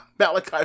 Malachi